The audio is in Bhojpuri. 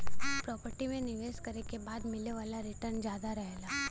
प्रॉपर्टी में निवेश करे के बाद मिले वाला रीटर्न जादा रहला